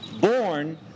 born